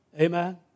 Amen